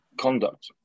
conduct